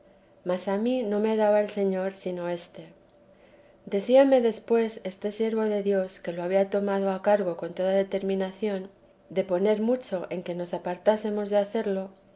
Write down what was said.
mas a mí no me daba el señor sino éste decíame después este siervo de dios que lo había tomado a cargo con toda determinación de poner mucho en que nos apartásemos de hacerlo